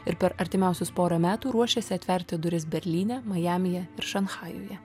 ir per artimiausius porą metų ruošiasi atverti duris berlyne majamyje ir šanchajuje